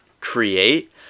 create